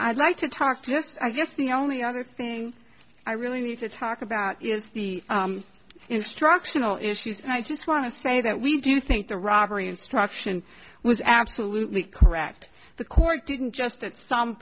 i'd like to talk to i guess the only other thing i really need to talk about is the instructional issues and i just want to say that we do think the robbery instruction was absolutely correct the court didn't just at some